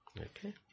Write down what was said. Okay